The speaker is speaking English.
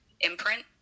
imprint